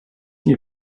nie